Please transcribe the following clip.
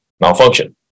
malfunction